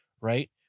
right